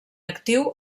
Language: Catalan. actiu